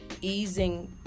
easing